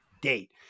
date